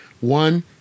One